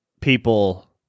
people